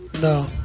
No